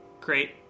Great